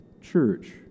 church